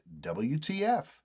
WTF